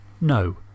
No